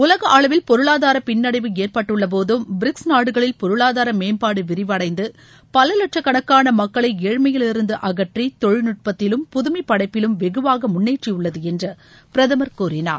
உலக அளவில் பொருளாதார பின்னடைவு ஏற்பட்டுள்ளபோதும் பிரிக்ஸ் நாடுகளில் பொருளாதார மேம்பாடு விரைவடைந்து பல லட்சக் கணக்கான மக்களை ஏழ்மையிலிருந்து அகற்றி தொழில்நுட்பத்திலும் புதுமைப் படைப்பிலும் வெகுவாக முன்னேறியுள்ளது என்று பிரதமர் கூறினார்